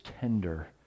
tender